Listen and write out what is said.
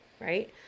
right